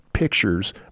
pictures